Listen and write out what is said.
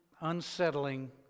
unsettling